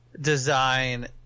design